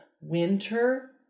Winter